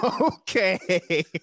Okay